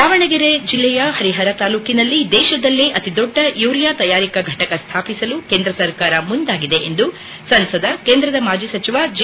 ದಾವಣಗೆರೆ ಜಿಲ್ಲೆಯ ಹರಿಹರ ತಾಲೂಕಿನಲ್ಲಿ ದೇಶದಲ್ಲೇ ಅತೀ ದೊಡ್ಡ ಯೂರಿಯಾ ತಯಾರಿಕಾ ಫಟಕವನ್ನು ಸ್ಥಾಪಿಸಲು ಕೇಂದ್ರ ಸರ್ಕಾರ ಮುಂದಾಗಿದೆ ಎಂದು ಸಂಸದ ಕೇಂದ್ರದ ಮಾಜಿ ಸಚಿವ ಜಿ